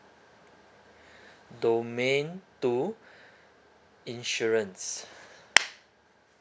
domain two insurance